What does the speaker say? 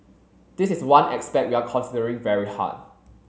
this is one aspect we are considering very hard